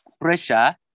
pressure